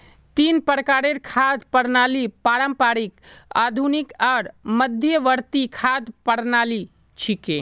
तीन प्रकारेर खाद्य प्रणालि पारंपरिक, आधुनिक आर मध्यवर्ती खाद्य प्रणालि छिके